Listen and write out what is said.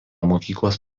mokyklos